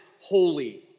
holy